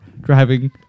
driving